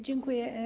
Dziękuję.